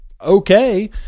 okay